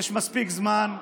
יש מספיק זמן,